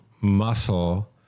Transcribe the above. muscle